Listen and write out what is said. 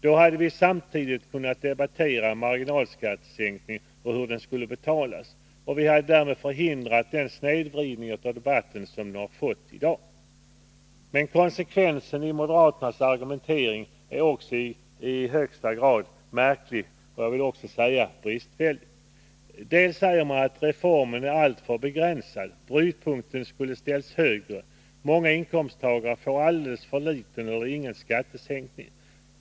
Då hade vi samtidigt kunnat debattera marginalskattesänkning och hur den skulle betalas. Det hade förhindrat den snedvridning av debatten som den nu har fått. Men konsekvensen i moderaternas argumentering är i högsta grad märklig — ja, jag vill säga bristfällig. De säger att reformen är alltför begränsad. Brytpunkten skulle ha satts högre — många inkomsttagare får alldeles för liten eller ingen skattesänkning.